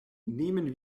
nehmen